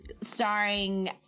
starring